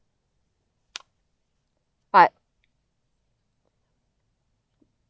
part